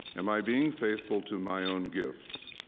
am i being faithful to my own gifts?